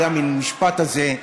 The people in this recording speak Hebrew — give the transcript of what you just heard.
המשפט הזה,